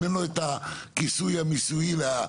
אם אין לו את הכיסוי המיסויי והעניין.